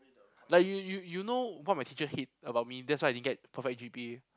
like you you you know what my teacher hate about me that's why I didn't get perfect G_P_A